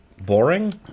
boring